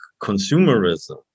consumerism